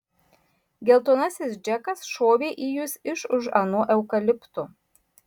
geltonasis džekas šovė į jus iš už ano eukalipto